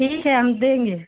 ठीक है हम देंगे